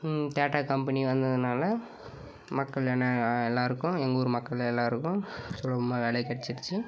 tata company வந்ததினால மக்கள் என்ன எல்லோருக்கும் எங்கள் ஊர் மக்கள் எல்லோருக்கும் சுலபமாக வேலை கெடைச்சிடுச்சி